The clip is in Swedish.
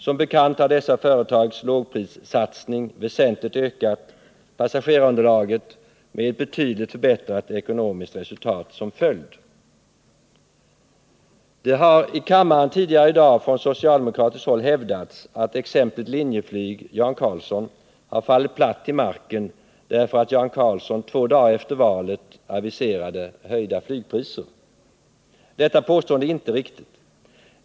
Som bekant har dessa företags lågprissatsning väsentligt ökat passagerarunderlaget, med ett betydligt förbättrat ekonomiskt resultat som följd. Det har i kammaren tidigare i dag från socialdemokratiskt håll hävdats att exemplet Linjeflyg-Jan Carlzon har fallit platt till marken, därför att Jan Carlzon två dagar efter valet aviserade höjda flygpriser. Detta är inte riktigt.